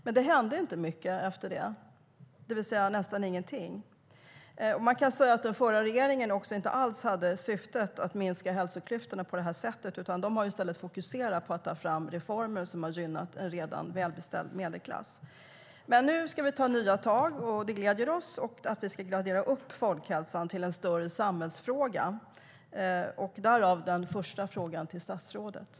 Men det hände inte mycket efter det, nästan ingenting. Man kan säga att den förra regeringen inte alls hade syftet att minska hälsoklyftorna, utan den har i stället mer fokuserat på att ta fram reformer som har gynnat en redan välbeställd medelklass. Nu ska vi ta nya tag, och det gläder oss att ni ska gradera upp folkhälsan till en större samhällsfråga; därav den första frågan till statsrådet.